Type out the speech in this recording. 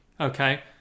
okay